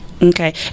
okay